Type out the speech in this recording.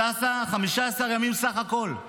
בהשוואה, לפי הדוח, טסה ל-15 ימים בסך הכול.